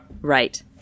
Right